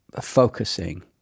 focusing